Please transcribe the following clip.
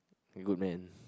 good man